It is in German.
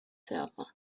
server